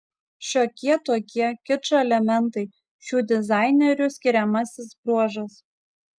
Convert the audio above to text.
šiokie tokie kičo elementai šių dizainerių skiriamasis bruožas